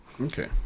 Okay